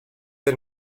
del